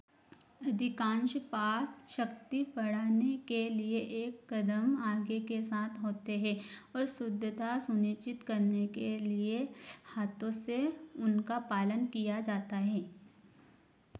अधिकांश पास शक्ति बढ़ाने के लिए एक कदम आगे के साथ होते हैं और शुद्धता सुनिश्चित करने के लिए हाथों से उनका पालन किया जाता है